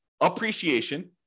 appreciation